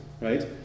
right